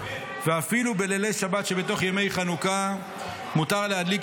ואפילו בלילי שבת שבתוך ימי חנוכה מותר להדליק